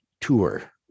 tour